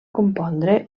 compondre